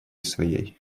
своей